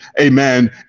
amen